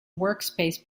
workspace